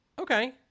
Okay